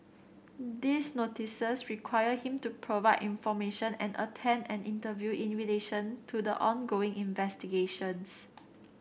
these Notices require him to provide information and attend an interview in relation to the ongoing investigations